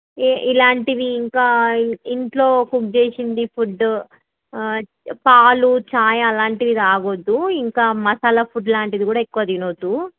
ఇలాంటివి ఇంకా ఇంట్లో కుక్ చేసింది ఫుడ్డు పాలు చాయ్ అలాంటివి తాగ వద్దు ఇంకా మసాలా ఫుడ్ లాంటిది కూడా ఎక్కువ తిన వద్దు